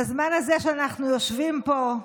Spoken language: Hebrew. בזמן הזה שאנחנו יושבים פה,